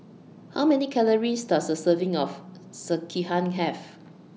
How Many Calories Does A Serving of Sekihan Have